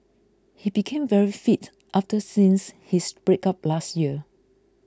he became very fit after since his breakup last year